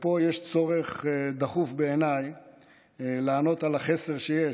ופה יש צורך דחוף בעיניי לענות על החסר שיש,